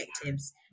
objectives